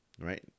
right